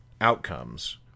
outcomes